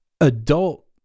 adult